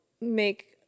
make